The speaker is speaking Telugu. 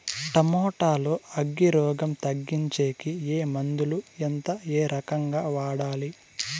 టమోటా లో అగ్గి రోగం తగ్గించేకి ఏ మందులు? ఎంత? ఏ రకంగా వాడాలి?